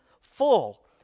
full